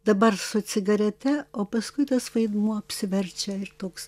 dabar su cigarete o paskui tas vaidmuo apsiverčia ir toks